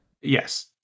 yes